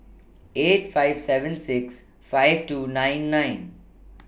eight five seven six five two nine nine